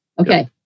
Okay